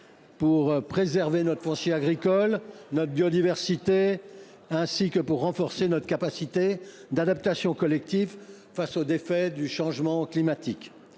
pour préserver notre foncier agricole, notre biodiversité, mais aussi pour renforcer notre capacité d’adaptation collective face aux effets du changement climatique.